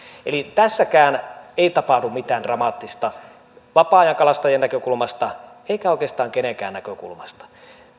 eli tässäkään ei tapahdu mitään dramaattista vapaa ajankalastajan näkökulmasta eikä oikeastaan kenenkään näkökulmasta